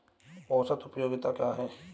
औसत उपयोगिता क्या है?